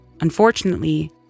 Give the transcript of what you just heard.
Unfortunately